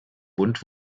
bund